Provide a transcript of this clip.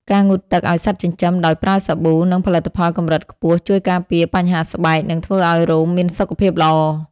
ការងូតទឹកឱ្យសត្វចិញ្ចឹមដោយប្រើសាប៊ូ និងផលិតផលកម្រិតខ្ពស់ ជួយការពារបញ្ហាស្បែក និងធ្វើឱ្យរោមមានសុខភាពល្អ។